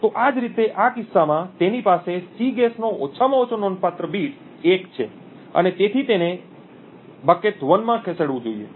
તો આ જ રીતે આ કિસ્સામાં તેની પાસે સીગેસ નો ઓછામાં ઓછો નોંધપાત્ર બીટ 1 છે અને તેથી તેને 1 બકેટમાં ખસેડવું જોઈએ